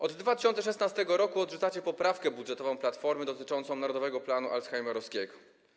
Od 2016 r. odrzucacie poprawkę budżetową Platformy dotyczącą „Narodowego planu alzheimerowskiego”